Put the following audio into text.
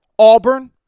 Auburn